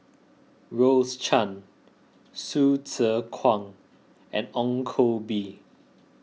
Rose Chan Hsu Tse Kwang and Ong Koh Bee